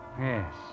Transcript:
Yes